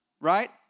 Right